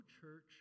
church